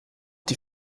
die